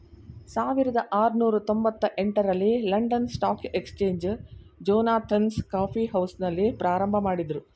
ಸಾವಿರದ ಆರುನೂರು ತೊಂಬತ್ತ ಎಂಟ ರಲ್ಲಿ London stock exchange Jonathan's coffee ಹೌಸ್ನಲ್ಲಿ ಪ್ರಾರಂಭಮಾಡಿದ್ರು